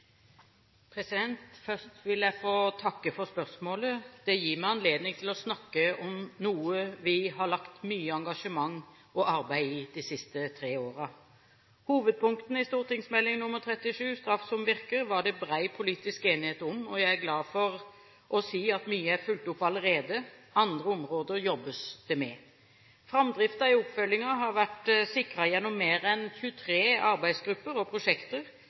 lagt mye engasjement og arbeid i de siste tre åra. Hovedpunktene i St.meld. nr. 37 for 2007–2008, Straff som virker, var det bred politisk enighet om, og jeg er glad for å si at mye er fulgt opp allerede, andre områder jobbes det med. Framdriften i oppfølgingen har vært sikret gjennom mer enn 23 arbeidsgrupper og prosjekter,